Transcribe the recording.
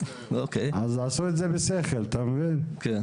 אז עשו את זה בשכל, אתה מבין?